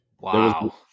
Wow